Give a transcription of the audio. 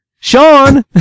Sean